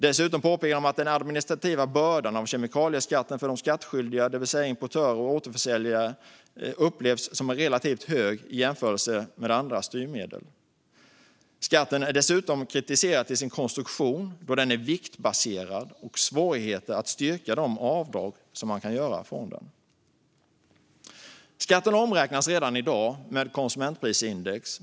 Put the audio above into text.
De påpekar också att den administrativa bördan av kemikalieskatten för de skattskyldiga, det vill säga importörer och återförsäljare, upplevs som relativt hög i jämförelse med andra styrmedel. Skatten är dessutom kritiserad för sin konstruktion, då den är viktbaserad, och för svårigheter att styrka de avdrag som man kan göra från den. Skatten omräknas redan i dag med konsumentprisindex.